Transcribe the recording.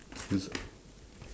years o~